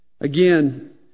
Again